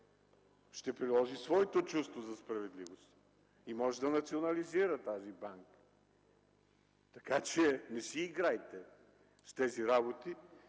ще приложи своето чувство за справедливост и може да национализира тази банка. Така че не си играйте с тези работи